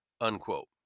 unquote